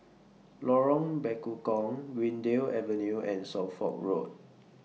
Lorong Bekukong Greendale Avenue and Suffolk Road